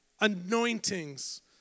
anointings